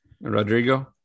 Rodrigo